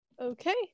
Okay